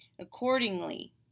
accordingly